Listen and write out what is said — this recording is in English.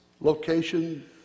location